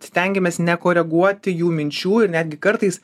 stengiamės nekoreguoti jų minčių ir netgi kartais